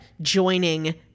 joining